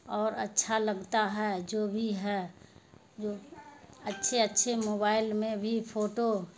اور اچھا لگتا ہے جو بھی ہے جو اچھے اچھے موبائل میں بھی فوٹو